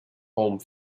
home